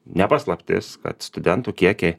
ne paslaptis kad studentų kiekiai